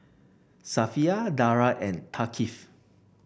Safiya Dara and Thaqif